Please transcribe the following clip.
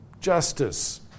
justice